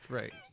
right